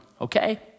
okay